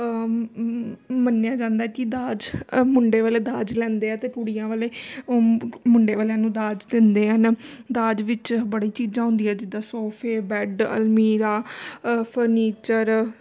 ਮੰਨਿਆ ਜਾਂਦਾ ਕਿ ਦਾਜ ਅ ਮੁੰਡੇ ਵਾਲੇ ਦਾਜ ਲੈਂਦੇ ਆ ਅਤੇ ਕੁੜੀਆਂ ਵਾਲੇ ਮੁੰਡੇ ਵਾਲਿਆਂ ਨੂੰ ਦਾਜ ਦਿੰਦੇ ਹਨ ਦਾਜ ਵਿੱਚ ਬੜੀ ਚੀਜ਼ਾਂ ਹੁੰਦੀਆਂ ਜਿੱਦਾਂ ਸੋਫੇ ਬੈਡ ਅਲਮੀਰਾ ਫਰਨੀਚਰ